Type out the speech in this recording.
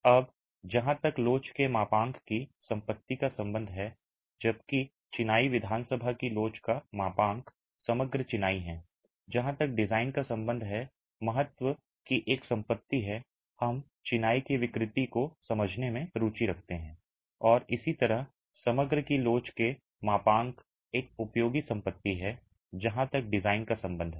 अब जहां तक लोच के मापांक की संपत्ति का संबंध है जबकि चिनाई विधानसभा की लोच का मापांक समग्र चिनाई है जहां तक डिजाइन का संबंध है महत्व की एक संपत्ति है हम चिनाई की विकृति को समझने में रुचि रखते हैं और इसी तरह समग्र की लोच के मापांक एक उपयोगी संपत्ति है जहां तक डिजाइन का संबंध है